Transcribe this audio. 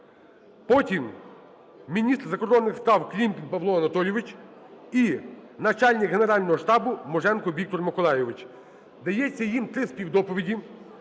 потім – міністр закордонних справ Клімкін Павло Анатолійович і начальник Генерального штабу Муженко Віктор Миколайович. Дається їм три співдоповіді